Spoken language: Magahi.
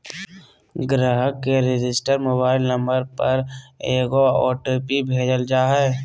ग्राहक के रजिस्टर्ड मोबाइल नंबर पर एगो ओ.टी.पी भेजल जा हइ